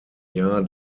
jahr